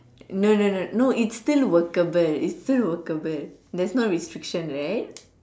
no no no no it's still workable it's still workable there's no restriction right